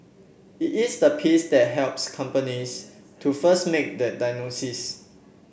it is the piece that helps companies to first make that diagnosis